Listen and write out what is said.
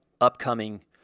upcoming